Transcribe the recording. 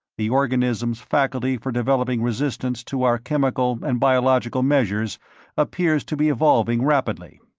the organism's faculty for developing resistance to our chemical and biological measures appears to be evolving rapidly.